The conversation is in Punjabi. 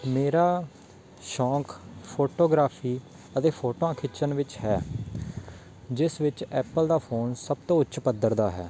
ਮੇਰਾ ਸ਼ੌਕ ਫੋਟੋਗ੍ਰਾਫੀ ਅਤੇ ਫੋਟੋਆਂ ਖਿੱਚਣ ਵਿੱਚ ਹੈ ਜਿਸ ਵਿੱਚ ਐਪਲ ਦਾ ਫੋਨ ਸਭ ਤੋਂ ਉੱਚ ਪੱਧਰ ਦਾ ਹੈ